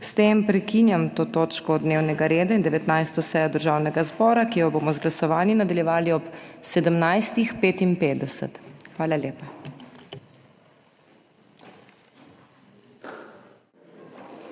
S tem prekinjam to točko dnevnega reda in 19. sejo Državnega zbora, ki jo bomo z glasovanji nadaljevali ob 17.55. Hvala lepa.